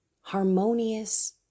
harmonious